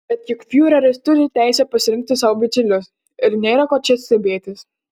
bet juk fiureris turi teisę pasirinkti sau bičiulius ir nėra ko čia stebėtis